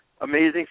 amazing